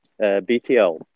BTL